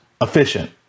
efficient